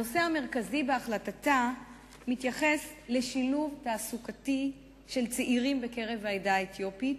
הנושא המרכזי בהחלטתה הוא שילוב תעסוקתי של צעירים בני העדה האתיופית,